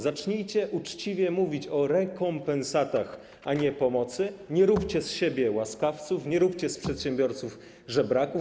Zacznijcie uczciwie mówić o rekompensatach, a nie pomocy, nie róbcie z siebie łaskawców, nie róbcie z przedsiębiorców żebraków.